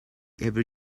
ever